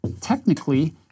technically